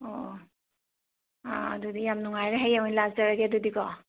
ꯑꯣ ꯑꯣ ꯑꯥ ꯑꯗꯨꯗꯤ ꯌꯥꯝ ꯅꯨꯡꯉꯥꯏꯔꯦ ꯍꯌꯦꯡ ꯑꯣꯏꯅ ꯂꯥꯛꯆꯔꯒꯦ ꯑꯗꯨꯗꯤ ꯀꯣ